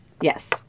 Yes